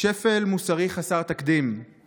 "שפל מוסרי חסר תקדים";